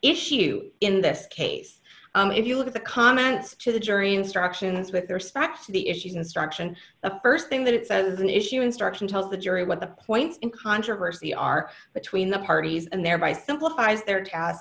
issue in this case if you look at the comments to the jury instructions with their stripes the issues instruction the st thing that it says is an issue instruction tells the jury what the point in controversy are between the parties and thereby simplifies their task